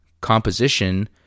composition